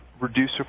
reduce